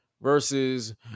versus